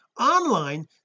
online